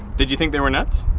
did you think they were nuts?